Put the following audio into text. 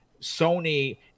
Sony